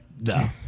No